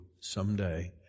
someday